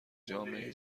جامعه